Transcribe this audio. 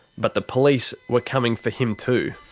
but the police were coming for him too.